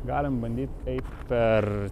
galim bandyt eit per